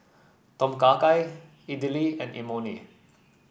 Tom Kha Gai Idili and Imoni